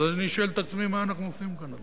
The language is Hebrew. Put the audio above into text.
אז אני שואל את עצמי, מה אנחנו עושים כאן?